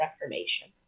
Reformation